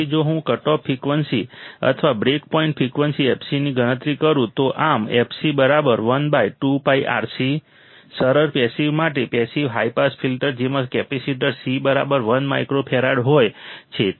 તેથી જો હું કટઓફ ફ્રિકવન્સી અથવા બ્રેક પોઈન્ટ ફ્રિકવન્સી fc ની ગણતરી કરું તો આમ fc 1 2 πRC સરળ પેસિવ માટે પેસિવ હાઈ પાસ ફિલ્ટર જેમાં કેપેસિટર C 1 µF હોય છે